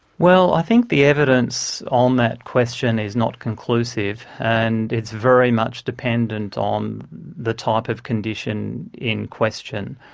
well, i think the evidence on that question is not conclusive, and it's very much dependent on the type of condition in question.